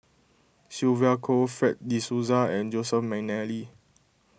Sylvia Kho Fred De Souza and Joseph McNally